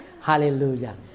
Hallelujah